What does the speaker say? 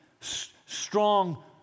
strong